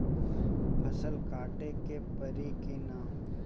फसल काटे के परी कि न?